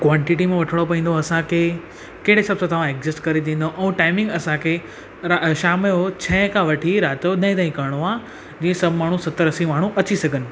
quantity में वठिणो पवंदो असांखे कहिड़े हिसाब सां तव्हां एग्ज़िस्ट करे ॾींदव ऐं टाइमिंग असांखे रा शाम जो छहें खां वठी राति जो ॾहें ताईं करिणो आहे जीअं सभु माण्हू सतरि असी माण्हू अची सघनि